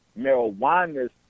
marijuana's